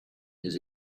his